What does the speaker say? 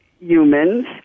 humans